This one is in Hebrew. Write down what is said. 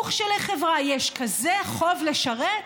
וכשלחברה יש כזה חוב לשרת,